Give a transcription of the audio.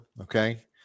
okay